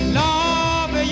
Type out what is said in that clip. love